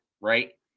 right